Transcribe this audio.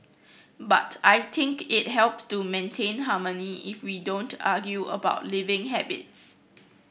but I think it helps to maintain harmony if we don't argue about living habits